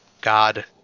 God